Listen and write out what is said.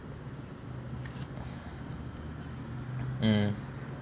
mm